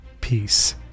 peace